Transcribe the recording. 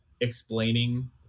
explaining